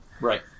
Right